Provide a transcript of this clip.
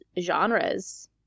genres